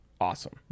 awesome